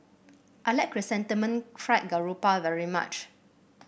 I like Chrysanthemum Fried Garoupa very much